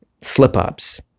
slip-ups